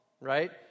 right